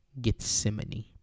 Gethsemane